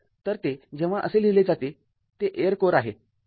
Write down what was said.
तर ते जेव्हा असे लिहिले जाते ते एअर कोअर आहे